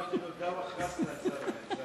אמרתי לו "דָוַּח רַאסנא" זה